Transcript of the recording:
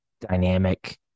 dynamic